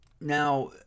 Now